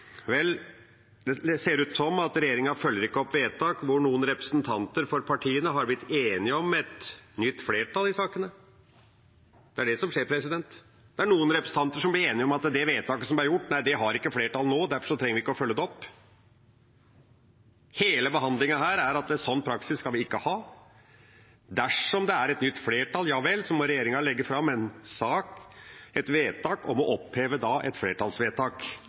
Vel, det ser ut som regjeringa ikke følger opp vedtak hvor noen representanter for partiene har blitt enig om et nytt flertall i sakene. Det er det som skjer. Det er noen representanter som blir enige om at det vedtaket som ble gjort, ikke har flertall nå og derfor trenger vi ikke å følge det opp. Hele behandlingen her er at en slik praksis kan vi ikke ha. Dersom det er et nytt flertall, ja vel, så må regjeringa legge fram en sak, et vedtak, om å oppheve et flertallsvedtak.